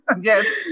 Yes